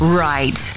right